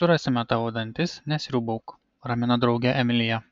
surasime tavo dantis nesriūbauk ramina draugę emilija